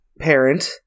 parent